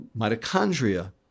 mitochondria